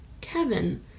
Kevin